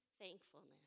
thankfulness